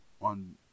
on